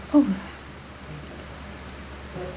!ow!